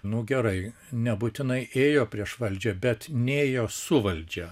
nu gerai nebūtinai ėjo prieš valdžią bet nėjo su valdžia